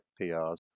PRs